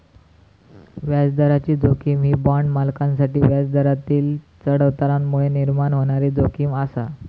व्याजदराची जोखीम ही बाँड मालकांसाठी व्याजदरातील चढउतारांमुळे निर्माण होणारी जोखीम आसा